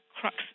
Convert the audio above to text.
crux